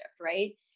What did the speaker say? right